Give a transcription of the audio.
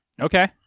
Okay